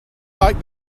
like